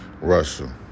Russia